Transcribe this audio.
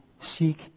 seek